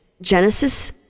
Genesis